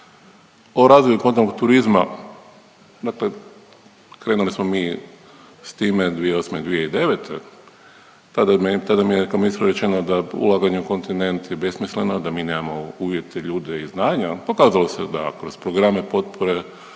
O razvoju kontinentalnog turizma, krenuli smo mi s time 2008., 2009. tada mi je, tada mi je kao ministru rečeno da ulaganje u kontinent je besmisleno, da mi nemamo uvjete, ljude i znanja. Pokazalo se da kroz programe potpore